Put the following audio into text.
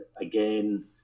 again